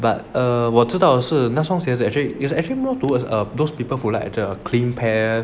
but err 我知道是那双鞋子 actually is actually more towards err those people who like to claim pair